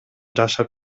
жашап